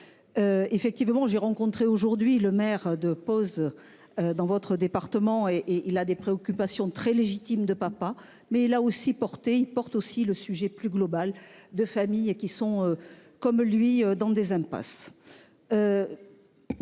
Effectivement, j'ai rencontré aujourd'hui le maire de pause. Dans votre département et et il a des préoccupations très légitime de papa mais là aussi portée il porte aussi le sujet plus globale de famille et qui sont comme lui dans des impasses.